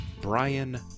Brian